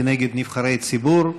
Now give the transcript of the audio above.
כנגד נבחרי ציבור.